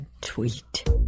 tweet